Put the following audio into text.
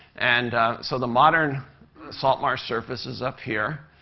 and so the modern salt marsh surface is up here.